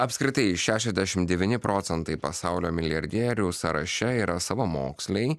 apskritai šešiasdešim devyni procentai pasaulio milijardierių sąraše yra savamoksliai